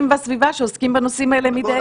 והסביבה שעוסקים בנושאים האלה מדי יום.